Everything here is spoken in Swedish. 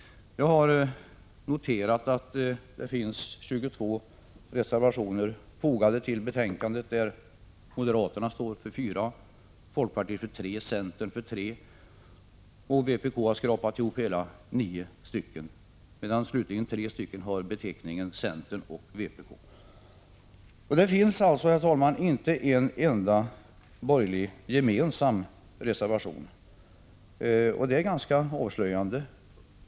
Jag har noterat att det finns 22 reservationer fogade till betänkandet, där moderaterna står för 4, folkpartiet för 3, centern för 3 och vpk har skrapat ihop hela 9. Slutligen har tre reservationer beteckningen . Det finns alltså, herr talman, inte en enda gemensam borgerlig reservation. Det är ganska avslöjande.